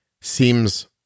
seems